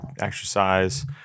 exercise